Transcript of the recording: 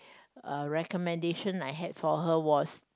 uh recommendation I had for her was